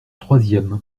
troisième